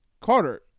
Carter